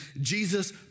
Jesus